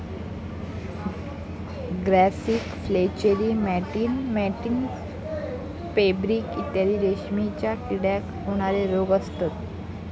grasserie flacherie मॅटिन मॅटिन pebrine इत्यादी रेशीमच्या किड्याक होणारे रोग असत